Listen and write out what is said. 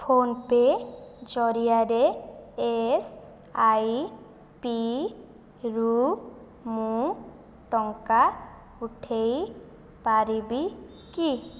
phone pay ଜରିଆରେ ଏସ୍ଆଇପିରୁ ମୁଁ ଟଙ୍କା ଉଠାଇ ପାରିବି କି